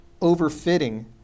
overfitting